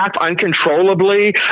uncontrollably